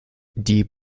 die